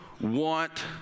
want